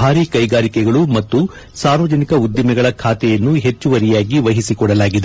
ಭಾರಿ ಕೈಗಾರಿಕೆಗಳು ಮತ್ತು ಸಾರ್ವಜನಿಕ ಉದ್ದಿಮೆಗಳ ಖಾತೆಯನ್ನು ಹೆಚ್ಚುವರಿಯಾಗಿ ವಹಿಸಿಕೊಡಲಾಗಿದೆ